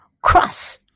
Cross